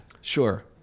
Sure